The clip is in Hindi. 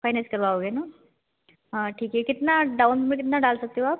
फ़ाइनैंस करवाओगे ना हाँ ठीक है कितना डाउन में कितना डाल सकते हो आप